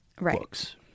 books